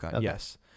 Yes